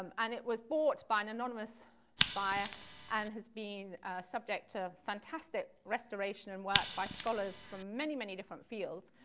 um and it was bought by an anonymous buyer and has been subject to fantastic restoration and work by scholars from many, many different fields.